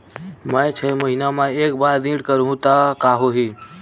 मैं छै महीना म एक बार बस ऋण करहु त का होही?